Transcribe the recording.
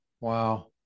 Wow